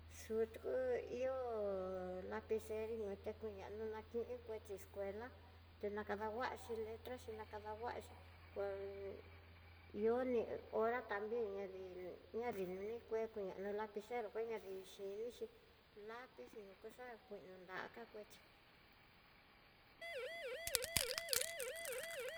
Xuku ihó lapicero kuate kuñanro takín kuchi escuela tunakada huaxi letra xhi nakahuaxhi cual ni ihó hora tambien ña di ñadi nonikue kueñana lapicero koña dixhínixi lapiz xiñokuxa kuino nra ka kuéxhi.